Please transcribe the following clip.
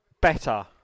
better